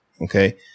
okay